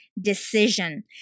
decision